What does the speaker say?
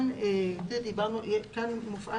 כאן מופעל